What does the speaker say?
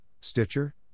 Stitcher